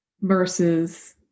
versus